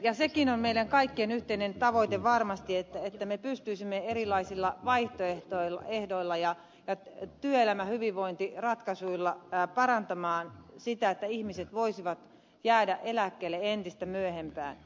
ja sekin on meidän kaikkien yhteinen tavoite varmasti että me pystyisimme erilaisilla vaihtoehdoilla ja työelämän hyvinvointiratkaisuilla parantamaan sitä että ihmiset voisivat jäädä eläkkeelle entistä myöhempään